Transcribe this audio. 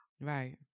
right